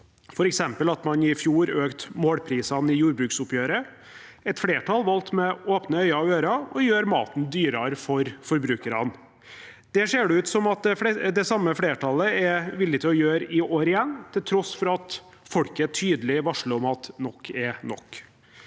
f.eks. at man i fjor økte målprisene i jordbruksoppgjøret. Et flertall valgte med åpne øyne og ører å gjøre maten dyrere for forbrukerne. Det ser det ut som om det samme flertallet er villig til å gjøre i år igjen, til tross for at folket tydelig varsler om at nok er nok.